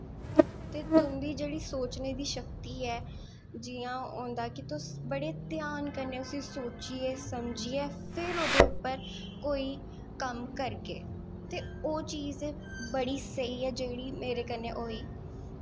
ते तुं'दी जेह्ड़ी सोचने दी शक्ति ऐ जि'यां होंदा कि तुस बड़े ध्यान कन्नै सोचियै समझियै फिर ओह्दे उप्पर कोई कम्म करगे ते ओह् चीज बड़ी स्हेई ऐ जेह्ड़ी मेरे कन्नै होई